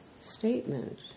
statement